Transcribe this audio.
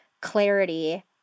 clarity